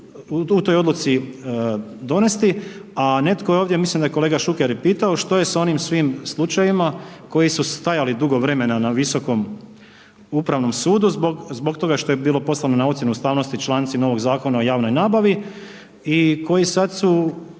u toj odluci donesti, a netko je ovdje, mislim da je kolega Šuker i pitao, što je sa onim svim slučajevima koji su stajali dugo vremena na Visokom upravnom sudu zbog toga što je bilo poslano na ocjenu ustavnosti članci novog Zakona o javnoj nabavi, koji sad su,